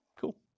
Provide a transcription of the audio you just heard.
Cool